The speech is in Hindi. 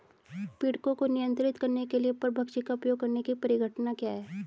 पीड़कों को नियंत्रित करने के लिए परभक्षी का उपयोग करने की परिघटना क्या है?